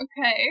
Okay